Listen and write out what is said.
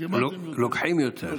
לוקחים יותר.